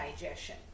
digestion